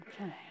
Okay